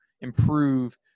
improve